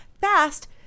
fast